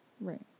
Right